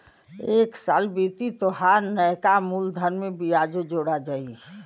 एक साल बीती तोहार नैका मूलधन में बियाजो जोड़ा जाई